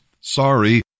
Sorry